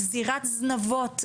גזירת זנבות,